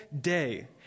day